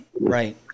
right